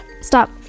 Stop